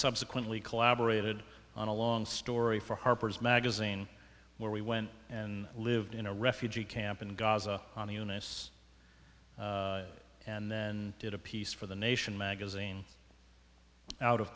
subsequently collaborated on a long story for harper's magazine where we went and lived in a refugee camp in gaza on the eunice and then did a piece for the nation magazine out of